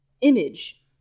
image